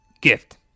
gift